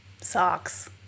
Socks